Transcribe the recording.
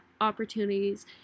opportunities